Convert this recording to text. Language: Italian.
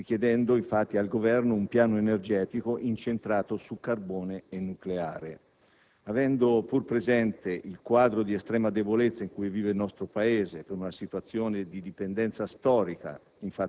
richiesto al Governo un piano energetico incentrato su carbone e nucleare. Avendo pur presente il quadro di estrema debolezza in cui versa il nostro Paese, in una condizione di dipendenza storica